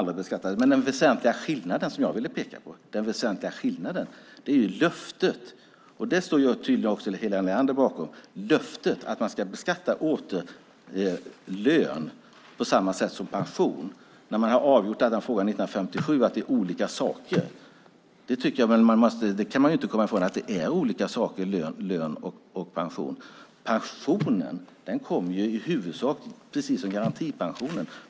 Den väsentliga skillnad som jag ville peka på är löftet, och det står tydligen även Helena Leander bakom, att man åter ska beskatta lön på samma sätt som pension. År 1957 avgjordes den frågan, nämligen att det är fråga om olika saker. Man kan inte komma ifrån att lön och pension är olika saker.